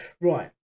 right